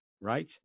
right